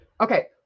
Okay